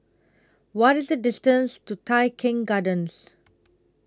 What IS The distance to Tai Keng Gardens